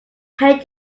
paint